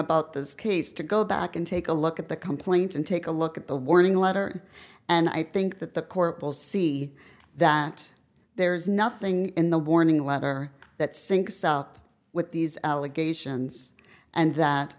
about this case to go back and take a look at the complaint and take a look at the warning letter and i think that the court will see that there is nothing in the warning letter that syncs up with these allegations and that